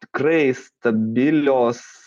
tikrai stabilios